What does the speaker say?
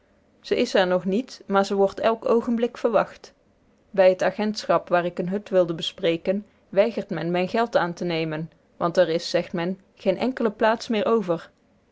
ze is er nog niet maar ze wordt elk oogenblik verwacht bij het agentschap waar ik een hut wilde bespreken weigert men mijn geld aan te nemen want er is zegt men geen enkele plaats meer over